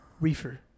Reefer